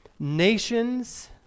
Nations